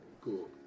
Cool